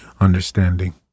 understanding